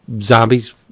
zombies